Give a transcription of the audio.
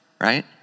right